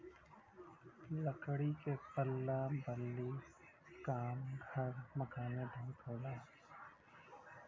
लकड़ी के पल्ला बल्ली क काम घर मकान में बहुत होला